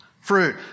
Fruit